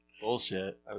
Bullshit